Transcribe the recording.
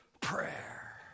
prayer